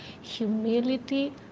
Humility